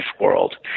world